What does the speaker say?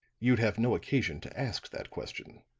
you'd have no occasion to ask that question.